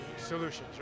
Solutions